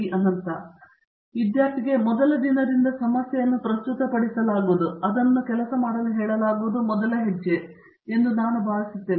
ಅನಂತ ಸುಬ್ರಹ್ಮಣ್ಯನ್ ವಿದ್ಯಾರ್ಥಿಗೆ ಮೊದಲ ದಿನದಿಂದ ಸಮಸ್ಯೆಯನ್ನು ಪ್ರಸ್ತುತಪಡಿಸಲಾಗುವುದು ಮತ್ತು ಅದನ್ನು ಕೆಲಸ ಮಾಡಲು ಕೇಳಲಾಗುವುದು ಮೊದಲ ಹೆಜ್ಜೆ ಎಂದು ನಾನು ಭಾವಿಸುತ್ತೇನೆ